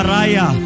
Raya